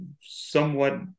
somewhat